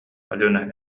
алена